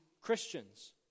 Christians